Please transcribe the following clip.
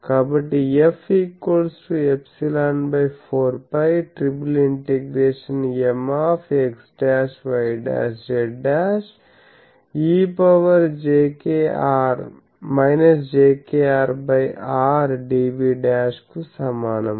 కాబట్టిF ∊4π ∭Mx'y'z' e jkR R dv' కు సమానము